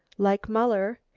like muller,